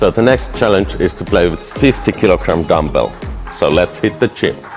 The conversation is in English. but the next challenge is to play with a fifty kg dumbbell so let's hit the gym!